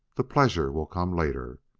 the pleasure will come later.